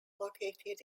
located